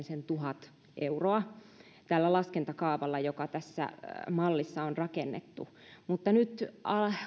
sen tuhat euroa tällä laskentakaavalla joka tässä mallissa on rakennettu mutta nyt